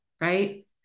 right